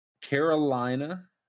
Carolina